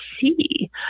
see